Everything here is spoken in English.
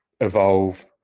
evolve